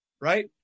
right